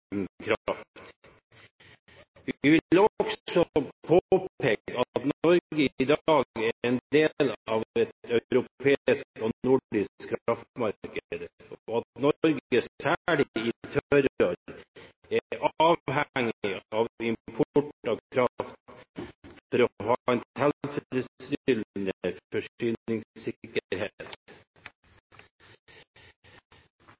Vi vil også påpeke at Norge i dag er en del av et europeisk og nordisk kraftmarked, og at Norge særlig i tørrår er avhengig av import av kraft for å